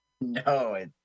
no